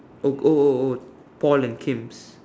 oh oh oh oh Paul and Kim's